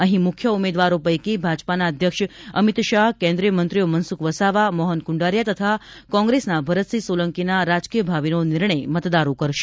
અહીં મુખ્ય ઉમેદવારો પૈકી ભાજપના અધ્યક્ષ અમીત શાહ કેન્દ્રિય મંત્રીઓ મનસુખ વસાવા મોહન કુંડારીયા તથા કોંગ્રેસના ભરતસિંહ સોલંકીના રાજકીય ભાવિનો નિર્ણય મતદારો કરશે